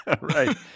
Right